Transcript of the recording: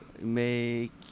make